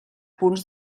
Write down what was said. punts